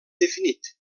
definit